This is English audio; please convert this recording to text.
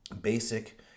basic